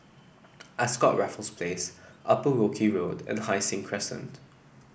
Ascott Raffles Place Upper Wilkie Road and Hai Sing Crescent